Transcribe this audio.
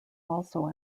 also